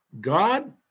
God